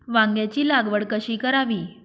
वांग्यांची लागवड कशी करावी?